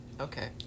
okay